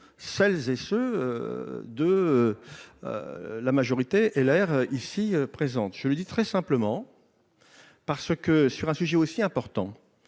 celles et ceux de la majorité LR ici présente, je le dis très simplement, parce que sur un sujet aussi important